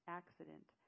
accident